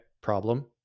problem